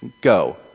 go